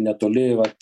netoli vat